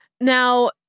Now